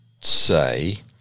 say